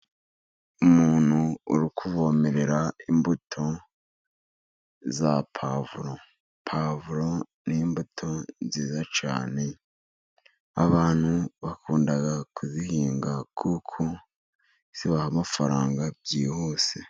Umuntu uri kuvomerera imbuto za pavuro. Pavuro ni imbuto nziza cyane， abantu bakunda kuzihinga， kuko zibaha amafaranga byihuse.